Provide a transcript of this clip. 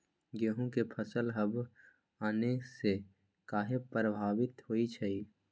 गेंहू के फसल हव आने से काहे पभवित होई छई?